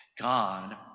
God